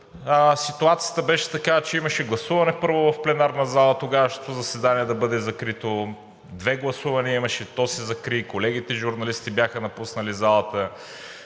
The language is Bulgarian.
ситуацията беше такава. Първо имаше гласуване в пленарната зала тогавашното заседание да бъде закрито – две гласувания имаше, и то се закри. Колегите журналисти бяха напуснали залата,